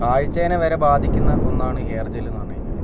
കാഴ്ച്ചേനെ വരെ ബാധിക്കുന്ന ഒന്നാണ് ഹെയർ ജെല്ലെന്ന് പറഞ്ഞു കഴിഞ്ഞാല്